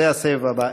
זה הסבב הבא.